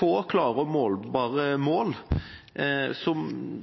få, klare og målbare mål som